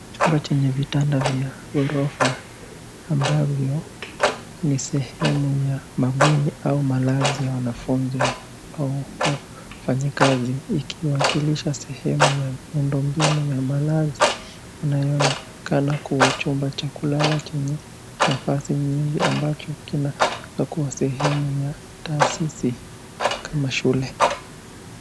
Chumba chenye vitanda vya ghorofa ambavyo ni sehemu ya mabweni au malazi ya wanafunzi au wafanyikazi. Ikiwakilisha sehemu ya miundo mbinu ya malazi inayoonekana kua chumba cha kulala chenye nafasi nyingi ambacho kinaweza kua sehemu ya taasisi kama shule.